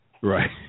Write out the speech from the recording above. Right